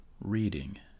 reading